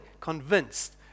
convinced